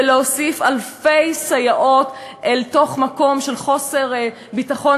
ולהוסיף אלפי סייעות אל תוך מקום של חוסר ביטחון